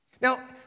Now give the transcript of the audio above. Now